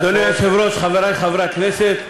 אדוני היושב-ראש, חברי חברי הכנסת,